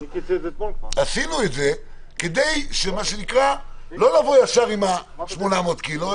כדי לא לבוא ישר עם ה-800 ק"ג,